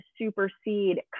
supersede